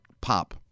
pop